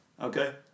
Okay